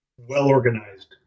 well-organized